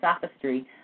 sophistry